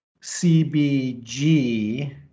CBG